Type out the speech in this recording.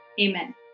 Amen